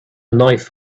knife